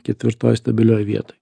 ketvirtoj stabilioj vietoj